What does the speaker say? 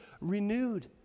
renewed